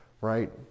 right